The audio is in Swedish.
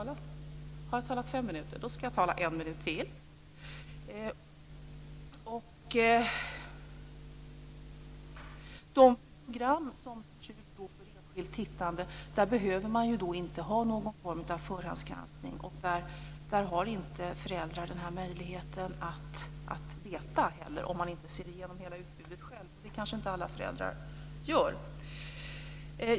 På videogram som hyrs ut för enskilt tittande behövs inte någon form av förhandsgranskning och där har föräldrar inte möjlighet att veta för vilken ålder filmen är avsedd, om de inte ser igenom hela utbudet själva, och det kanske inte alla föräldrar gör. Fru talman!